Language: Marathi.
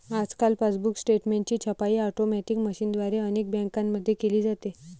आजकाल पासबुक स्टेटमेंटची छपाई ऑटोमॅटिक मशीनद्वारे अनेक बँकांमध्ये केली जाते